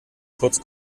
kurz